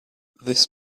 this